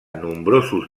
nombrosos